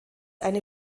eine